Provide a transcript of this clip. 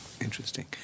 Interesting